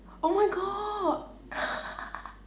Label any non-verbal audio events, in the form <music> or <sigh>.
oh my god <laughs>